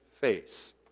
face